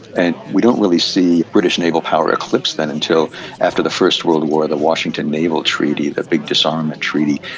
and we don't really see british naval power eclipsed then until after the first world war the washington naval treaty, the big disarmament treaty,